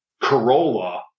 Corolla